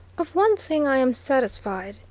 of one thing i am satisfied,